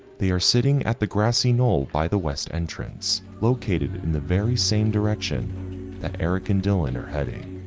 they are sitting at the grassy knoll by the west entrance located in the very same direction that eric and dylan are heading.